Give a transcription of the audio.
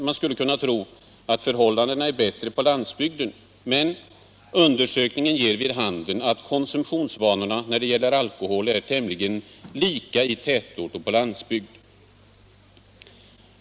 Man skulle kunna tro att förhållandena är bättre på landsbygden — men undersökningen ger vid handen att konsumtionsvanorna när det gäller alkohol är tämligen lika i tätort och på landsbygd.